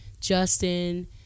Justin